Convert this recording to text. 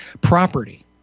Property